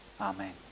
Amen